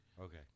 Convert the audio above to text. Okay